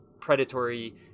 predatory